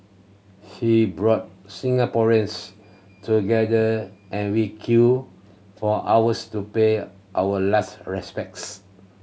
he brought Singaporeans together and we queued for hours to pay our last respects